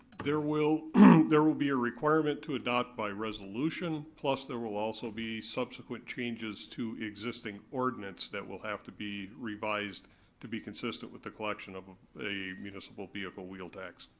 there will there will be a requirement to adopt by resolution, plous there will also be subsequent changes to existing ordinance that will have to be revised to be consistent with the collection of ah a municipal vehicle wheel tax.